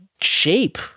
shape